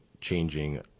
changing